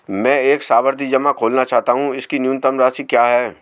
मैं एक सावधि जमा खोलना चाहता हूं इसकी न्यूनतम राशि क्या है?